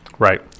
Right